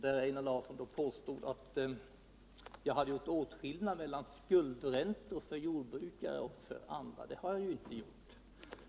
Einar Larsson påstod att jag har gjort åtskillnad mellan skuldräntor för jordbrukare och för andra. Det har jag inte gjort.